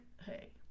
Hey